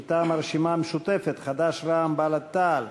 מטעם הרשימה המשותפת, חד"ש, רע"ם, בל"ד, תע"ל.